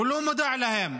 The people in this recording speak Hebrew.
הוא לא מודע להם